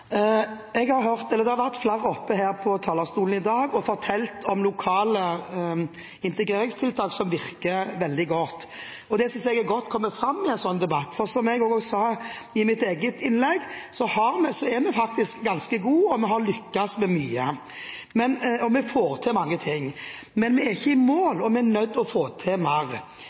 jeg er godt kommer fram i en sånn debatt, for – som jeg også sa i mitt hovedinnlegg – vi er faktisk ganske gode. Vi har lyktes med mye, og vi får til mange ting. Men vi er ikke i mål – vi er nødt til å få til mer.